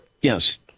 Yes